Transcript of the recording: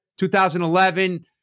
2011